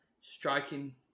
striking